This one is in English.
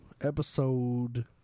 episode